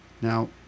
Now